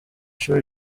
shuri